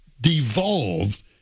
devolved